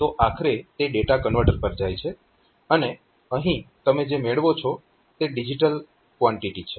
તો આખરે તે ડેટા કન્વર્ટર પર જાય છે અને અહીં તમે જે મેળવો છો તે ડિજીટલ કવાન્ટીટી છે